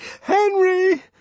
Henry